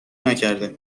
نکرده